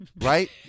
Right